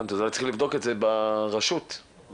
הבנתי, רצינו לבדוק את זה ברשות העירונית.